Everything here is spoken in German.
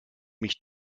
mich